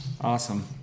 awesome